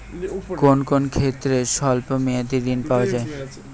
কোন কোন ক্ষেত্রে স্বল্প মেয়াদি ঋণ পাওয়া যায়?